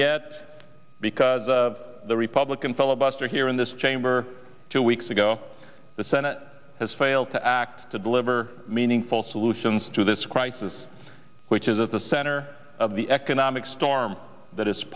yet because the republican filibuster here in this chamber two weeks ago the senate has failed to act to deliver meaningful solutions to this crisis which is at the center of the economic storm that i